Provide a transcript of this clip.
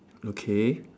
okay